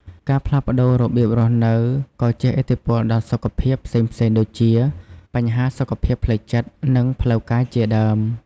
ការផ្លាស់ប្ដូររបៀបរស់នៅក៏ជះឥទ្ធិពលដល់សុខភាពផ្សេងៗដូចជា បញ្ហាសុខភាពផ្លូវចិត្ត និងផ្លូវកាយជាដើម។